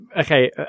Okay